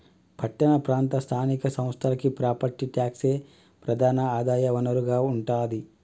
పట్టణ ప్రాంత స్థానిక సంస్థలకి ప్రాపర్టీ ట్యాక్సే ప్రధాన ఆదాయ వనరుగా ఉంటాది